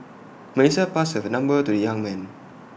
Melissa passed her number to the young man